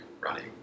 running